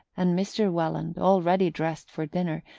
and mr. welland, already dressed for dinner,